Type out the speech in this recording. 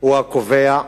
הוא הקובע,